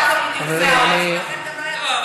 בתור אחד שמדבר על,